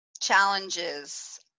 challenges